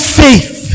faith